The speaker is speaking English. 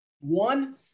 One